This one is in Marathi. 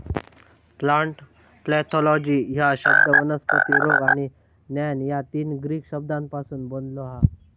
प्लांट पॅथॉलॉजी ह्यो शब्द वनस्पती रोग आणि ज्ञान या तीन ग्रीक शब्दांपासून बनलो हा